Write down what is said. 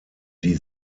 die